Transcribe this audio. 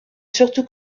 surtout